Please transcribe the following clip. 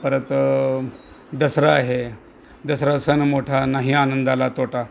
परत दसरा आहे दसरा सण मोठा नाही आनंदाला तोटा